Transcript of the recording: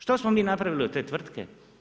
Što smo mi napravili od te tvrtke?